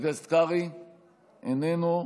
איננו,